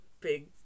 Big